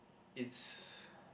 it's